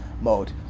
mode